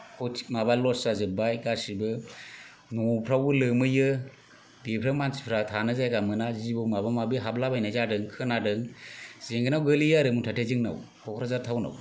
खति माबा लस जाजोब्बाय गासिबो नफ्रावबो लोमहैयो बेफोराव मानसिफोरा थानो जायगा मोना जिबौ माबा माबि हाबलाबायनाय जादों खोनादों जेंगोनायाव गोलैयो आरो मुथ'ते जोंनाव क'क्राझार ताउनाव